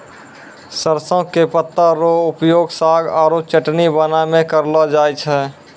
सरसों के पत्ता रो उपयोग साग आरो चटनी बनाय मॅ करलो जाय छै